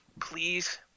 please